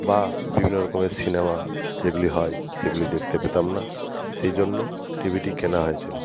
বা বিভিন্ন রকমের সিনেমা যেগুলি হয় সেগুলি দেখতে পেতাম না সেই জন্য টিভিটি কেনা হয়েছিল